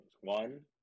One